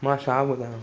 मां छा ॿुधायां